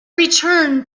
returned